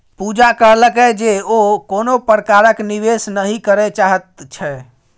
पूजा कहलकै जे ओ कोनो प्रकारक निवेश नहि करय चाहैत छै